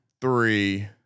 three